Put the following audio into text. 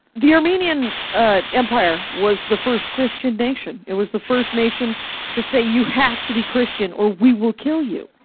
the armenian ah empire was the first christian nation. it was the first nation to say, you have to be christian or we will kill you.